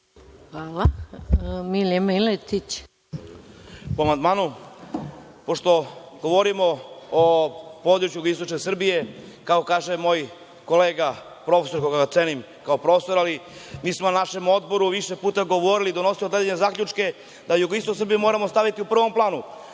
Hvala. Javljam se po amandmanu. Pošto govorimo o području jugoistočne Srbije, kako kaže moj kolega profesor koga cenim kao profesora, ali mi smo na našem odboru više puta govorili i donosili određene zaključke da jugoistok Srbije moramo staviti u prvi plan.